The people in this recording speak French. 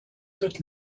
toutes